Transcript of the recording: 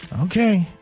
Okay